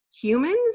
humans